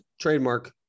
trademark